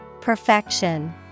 Perfection